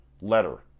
letter